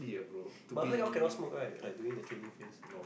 but I heard you all cannot smoke right like during the training phase